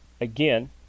again